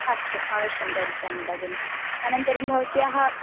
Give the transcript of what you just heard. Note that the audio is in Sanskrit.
अस्तु अवश्यं करिष्यामि भगिनि अनन्तरं भवत्याः